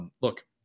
look